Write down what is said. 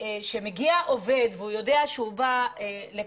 כשמגיע עובד והוא יודע שהוא בא לקשיש,